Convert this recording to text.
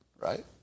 right